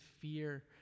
fear